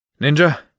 Ninja